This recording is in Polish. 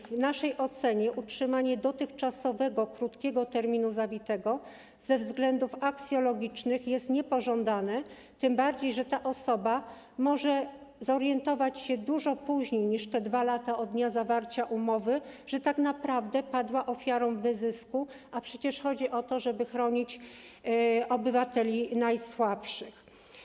W naszej ocenie utrzymanie dotychczasowego, krótkiego terminu zawitego ze względów aksjologicznych jest niepożądane, tym bardziej że ta osoba może zorientować się dużo później niż w czasie 2 lat od dnia zawarcia umowy, że tak naprawdę padła ofiarą wyzysku, a przecież chodzi o to, żeby chronić obywateli najsłabszych.